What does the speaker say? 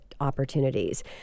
opportunities